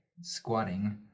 squatting